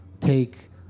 take